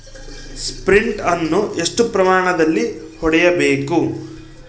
Sprint ಅನ್ನು ಎಷ್ಟು ಪ್ರಮಾಣದಲ್ಲಿ ಹೊಡೆಯಬೇಕು?